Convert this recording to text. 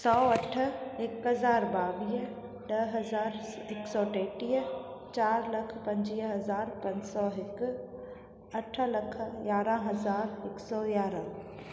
सौ अठ हिकु हज़ार ॿावीह ॾह हज़ार हिकु सौ टेटीह चारि लख पंजुवीह हज़ार पंज सौ हिकु अठ लख यारहं हज़ार हिकु सौ यारहं